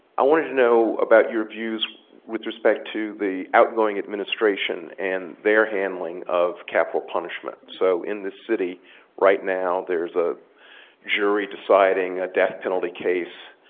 i wanted to know about your views with respect to the outgoing administration and their handling of capital punishment. so in this city right now, there's a jury deciding a death penalty case.